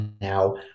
now